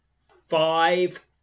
Five